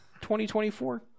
2024